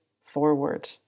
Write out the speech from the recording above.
forward